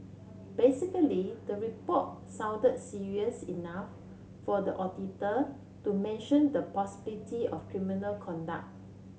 basically the report sounded serious enough for the auditor to mention the possibility of criminal conduct